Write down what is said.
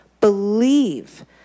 believe